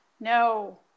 No